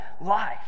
life